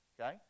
okay